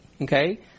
okay